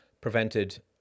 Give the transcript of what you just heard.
prevented